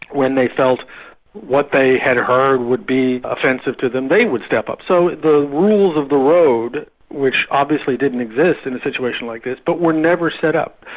when they felt what they had heard would be offensive to them, they would step up. so the rules of the road which obviously didn't exist in a situation like this, but were never set up.